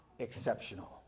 exceptional